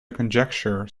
conjecture